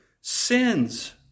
sins